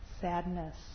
Sadness